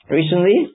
recently